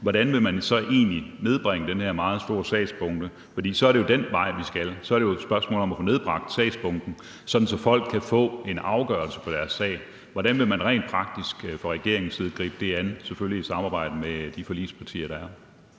hvordan vil man så egentlig nedbringe den her meget store sagsbunke? For så er det jo den vej, vi skal gå. Så er det jo et spørgsmål om at få nedbragt sagsbunken, sådan at folk kan få en afgørelse på deres sag. Hvordan vil man rent praktisk fra regeringens side gribe det an, selvfølgelig i et samarbejde med de forligspartier, der er?